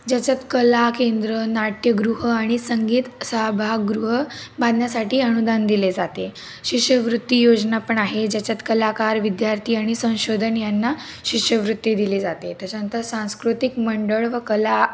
ज्याच्यात कला केंद्र नाट्यगृह आणि संगीत साभागृह बांधण्यासाठी अनुदान दिले जाते शिष्यवृत्ती योजना पण आहे ज्याच्यात कलाकार विद्यार्थी आणि संशोधन यांना शिष्यवृत्ती दिले जाते त्याच्यानंतर सांस्कृतिक मंडळ व कला